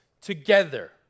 together